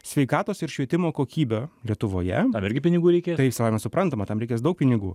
sveikatos ir švietimo kokybę lietuvoje tam irgi pinigų reikės tai savaime suprantama tam reikės daug pinigų